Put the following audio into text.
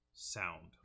Sound